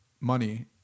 money